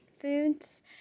foods